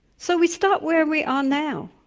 so we start where we are now,